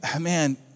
Man